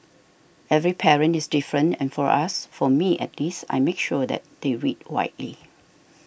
every parent is different and for us for me at least I make sure that they read widely